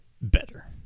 better